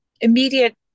immediate